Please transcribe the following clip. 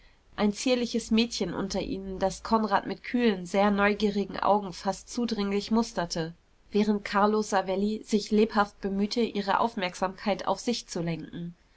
ein zierliches mädchen unter ihnen das konrad mit kühlen sehr neugierigen augen fast zudringlich musterte während carlo savelli sich lebhaft bemühte ihre aufmerksamkeit auf sich zu lenken